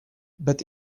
but